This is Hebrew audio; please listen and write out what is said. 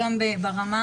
גם ברמה